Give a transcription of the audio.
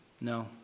No